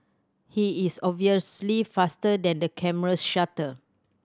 he is obviously faster than the camera's shutter